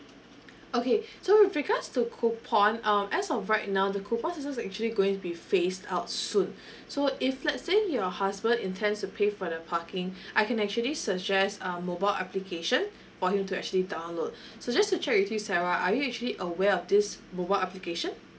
okay so with regards to coupon um as of right now the coupons is just actually going to be phased out soon so if let's say your husband intends to pay for the parking I can actually suggest um mobile application for you to actually download so just to check with you sarah are you actually aware of this mobile application